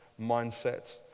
mindset